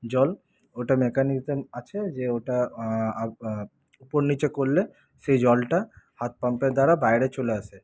জল ওটা মেকানিকাল আছে যে ওটা উপর নিচে করলে সেই জলটা হাত পাম্পের দ্বারা বাইরে চলে আসে